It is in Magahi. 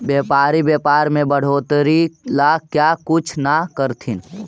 व्यापारी व्यापार में बढ़ोतरी ला क्या कुछ न करथिन